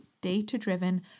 data-driven